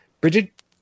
Bridget